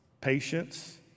patience